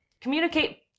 communicate